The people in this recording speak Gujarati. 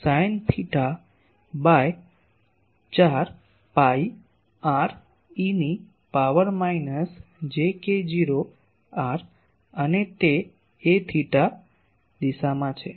dl sine theta by 4 pi r eની power minus j k0 r અને તે aθ દિશામાં છે